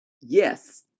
Yes